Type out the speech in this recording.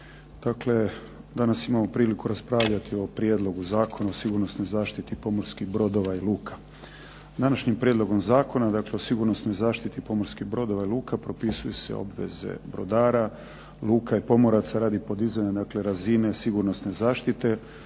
Dakle danas imamo priliku raspravljati o Prijedlogu Zakona o sigurnosnoj zaštiti pomorskih brodova i luka. Današnjim prijedlogom zakona dakle o sigurnosnoj zaštiti pomorskih brodova i luka propisuju se obveze brodara, luka i pomoraca radi podizanja dakle razine sigurnosne zaštite,